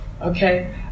okay